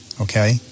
Okay